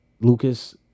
Lucas